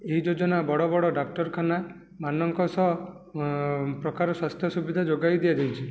ଏହି ଯୋଜନା ବଡ଼ ବଡ଼ ଡାକ୍ତରଖାନାମାନଙ୍କ ସହ ପ୍ରକାର ସ୍ୱାସ୍ଥ୍ୟ ସୁବିଧା ଯୋଗାଇଦିଆଯାଇଛି